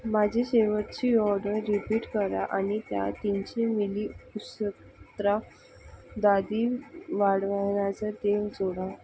माझी शेवटची order repeat करा आणि त्या तीनशे मिली उस्त्रा दाढी वाढवण्याचं तेल जोडा